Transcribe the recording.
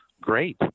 Great